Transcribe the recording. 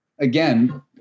again